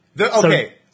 okay